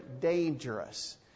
dangerous